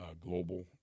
Global